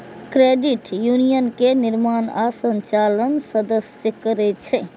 credit union के निर्माण आ संचालन सदस्ये करै छै